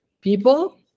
people